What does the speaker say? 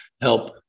help